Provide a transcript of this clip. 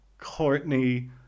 Courtney